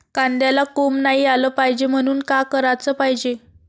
कांद्याला कोंब नाई आलं पायजे म्हनून का कराच पायजे?